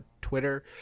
Twitter